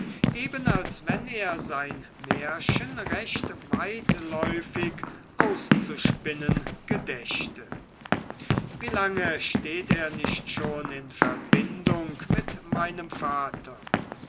eben als wenn er sein märchen recht weitläufig auszuspinnen gedächte wie lange steht er nicht schon mit meinem vater